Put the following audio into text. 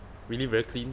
really very clean